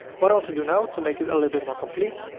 what i want to do now to make it a little bit more complete.